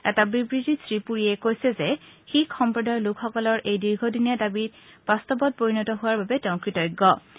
এটা বিবৃতিত শ্ৰীপুৰীয়ে কৈছে যে শিখ সম্প্ৰদায়ৰ লোকসকলৰ এই দীৰ্ঘদিনীয়া দাবীত বাস্তৱত পৰিণত হোৱাৰ বাবে তেওঁ কৃতজ্ঞতা প্ৰকাশ কৰিছে